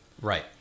Right